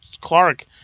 clark